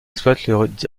exploite